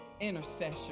intercession